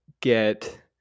get